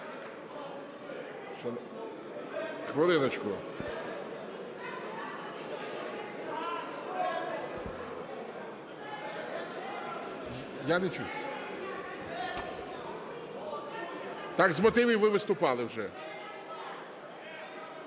Хвилиночку. Я не чую. Так з мотивів ви виступали вже.